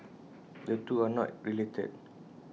the two are not related